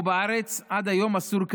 פה בארץ עד היום אסור קזינו,